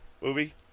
Movie